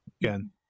again